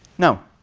now